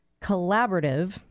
Collaborative